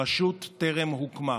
הרשות טרם הוקמה.